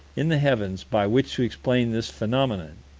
in the heavens, by which to explain this phenomenon.